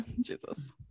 Jesus